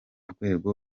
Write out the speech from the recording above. rwego